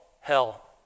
hell